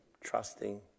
trusting